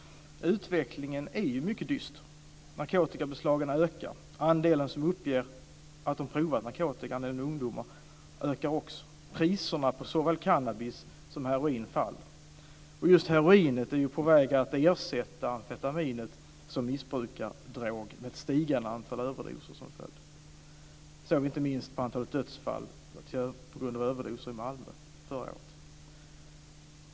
Utvecklingen är mycket dyster. Antalet narkotikabeslag har ökat. Andelen ungdomar som uppger att de har provat narkotika ökar också. Priserna på såväl cannabis som heroin har fallit. Just heroinet är på väg att ersätta amfetaminet som missbrukardrog med ett stigande antal överdoser som följd. Inte minst ökade antalet dödsfall på grund av överdoser i Malmö under förra året.